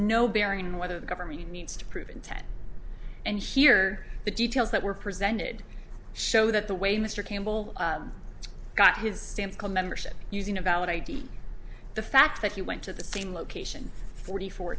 no bearing on whether the government needs to prove intent and here the details that were presented show that the way mr campbell got his stamps come membership using a valid id the fact that he went to the same location forty four